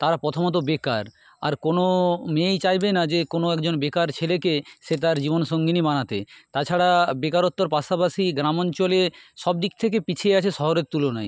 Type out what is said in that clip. তারা প্রথমত বেকার আর কোনো মেয়েই চাইবে না যে কোনো একজন বেকার ছেলেকে সে তার জীবন সঙ্গিনী বানাতে তাছাড়া বেকারত্বর পাশাপাশি গ্রাম অঞ্চলে সব দিক থেকে পিছিয়ে আছে শহরের তুলনায়